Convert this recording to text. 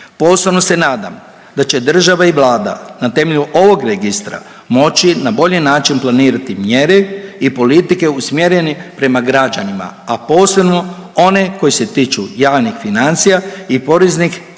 Posebno se nadam da će država i Vlada na temelju ovog registra moći na bolji način planirati mjere i politike usmjereni prema građanima, a posebno one koji se tiču javnih financija i poreznih